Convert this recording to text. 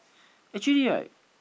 actually right